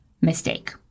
mistake